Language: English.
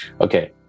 Okay